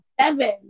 Seven